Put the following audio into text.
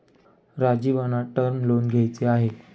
राजीवना term loan घ्यायचे आहे